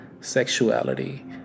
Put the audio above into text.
sexuality